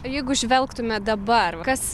jeigu žvelgtume dabar kas